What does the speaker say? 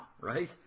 right